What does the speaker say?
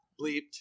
Bleeped